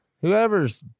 Whoever's